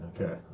Okay